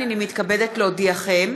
הנני מתכבדת להודיעכם,